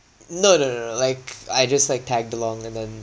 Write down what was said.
no no no like I just like tagged along and then